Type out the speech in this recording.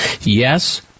Yes